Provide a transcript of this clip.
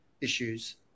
issues